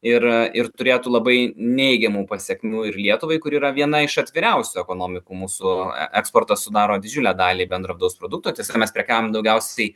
ir ir turėtų labai neigiamų pasekmių ir lietuvai kuri yra viena iš atviriausių ekonomikų mūsų e eksportas sudaro didžiulę dalį bendro vidaus produkto tiesa mes prekiaujam daugiausiai